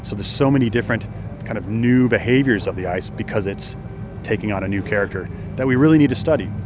so there's so many different kind of new behaviors of the ice because it's taking on a new character that we really need to study